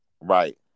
Right